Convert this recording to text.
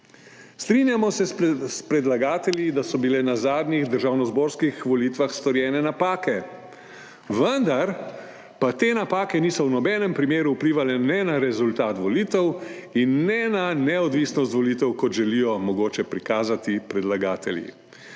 Strinjamo se s predlagatelji, da so bile na zadnjih državnozborskih volitvah storjene napake, vendar pa te napake niso v nobenem primeru vplivale ne na rezultat volitev in ne na neodvisnost volitev, kot želijo mogoče prikazati predlagatelji.